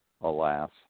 Alas